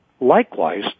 likewise